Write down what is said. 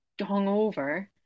hungover